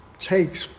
takes